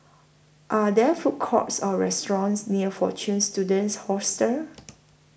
Are There Food Courts Or restaurants near Fortune Students Hostel